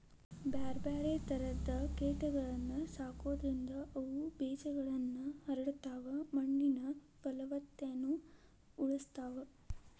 ಬ್ಯಾರ್ಬ್ಯಾರೇ ತರದ ಕೇಟಗಳನ್ನ ಸಾಕೋದ್ರಿಂದ ಅವು ಬೇಜಗಳನ್ನ ಹರಡತಾವ, ಮಣ್ಣಿನ ಪಲವತ್ತತೆನು ಉಳಸ್ತಾವ